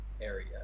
area